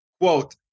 quote